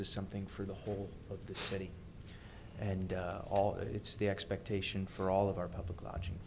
is something for the whole of the city and all of it's the expectation for all of our public lodging